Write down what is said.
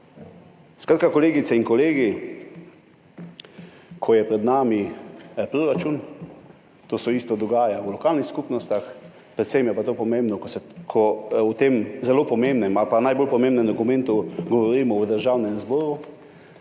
bo nič. Kolegice in kolegi, ko je pred nami proračun, to se isto dogaja v lokalnih skupnostih, je pa predvsem to pomembno, ko o tem zelo pomembnem ali pa najbolj pomembnem dokumentu govorimo v Državnem zboru,